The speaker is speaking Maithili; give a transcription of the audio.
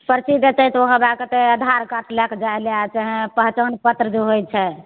पर्ची देतय तऽ ओ होइबय कहतय आधार कार्ड लएके जाइ लए चाहय पहचान पत्र जे होइ छै